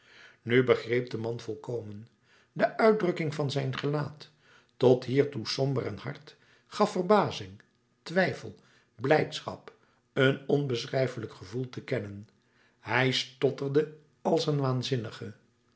nu begreep de man volkomen de uitdrukking van zijn gelaat tot hiertoe somber en hard gaf verbazing twijfel blijdschap een onbeschrijfelijk gevoel te kennen hij stotterde als een waanzinnige